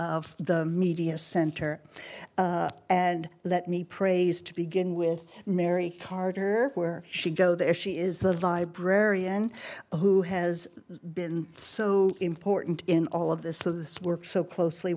and the media center and let me praise to begin with mary carter where she go there she is the librarian who has been so important in all of this so this work so closely